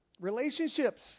Relationships